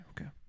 Okay